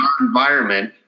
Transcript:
environment